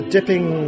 dipping